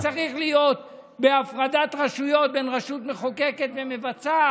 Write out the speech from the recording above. כמו שצריך להיות בהפרדת רשויות בין רשות מחוקקת ומבצעת